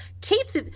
kate's